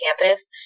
campus